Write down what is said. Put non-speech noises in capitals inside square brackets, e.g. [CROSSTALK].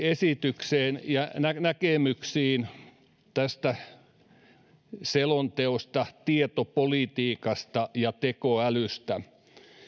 [UNINTELLIGIBLE] esitykseen ja näkemyksiin tästä selonteosta tietopolitiikasta ja tekoälystä